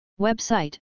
Website